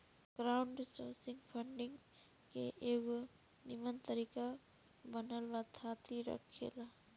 crowdsourcing funding के एगो निमन तरीका बनल बा थाती रखेला